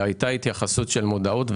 הייתה התייחסות למודעות.